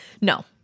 No